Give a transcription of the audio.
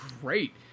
great